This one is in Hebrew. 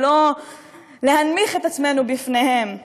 ולא להנמיך את עצמנו בפניהם ולפחד.